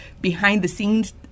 behind-the-scenes